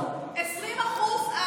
שיוקר המחיה זה 20% למעלה?